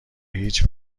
هیچ